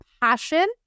passion